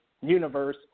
universe